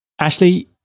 Ashley